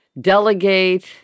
delegate